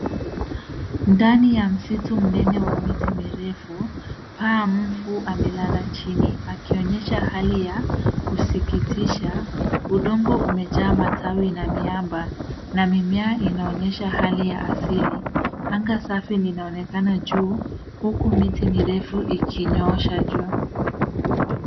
Ndani ya msitu mnene wa miti mirefu, paa mfu amelala chini, akionyesha hali ya kusikitisha, udongo umejaa matawi na miamba, na mimea inaonyesha hali ya asili, anga safi linaonekana juu, huku miti mirefu ikinyoosha juu.